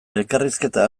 elkarrizketa